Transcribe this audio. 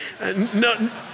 No